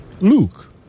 Luke